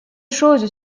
chose